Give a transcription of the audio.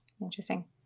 Interesting